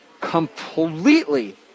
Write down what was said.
completely